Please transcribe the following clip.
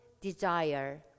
desire